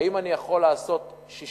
האם אני יכול לעשות 60,000?